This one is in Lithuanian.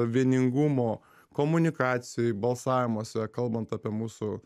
vieningumo komunikacijoj balsavimuose kalbant apie mūsų